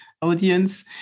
audience